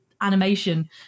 animation